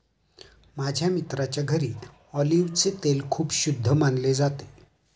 माझ्या मित्राच्या घरी ऑलिव्हचे तेल खूप शुद्ध मानले जाते